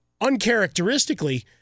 uncharacteristically